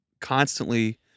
constantly